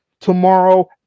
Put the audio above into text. tomorrow